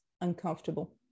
uncomfortable